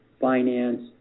Finance